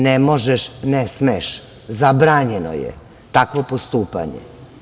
Ne možeš, ne smeš, zabranjeno je takvo postupanje.